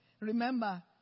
remember